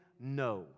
no